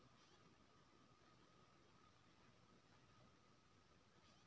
हमरा पास सोना छै ओकरा एवज में हमरा कर्जा मिल सके छै की?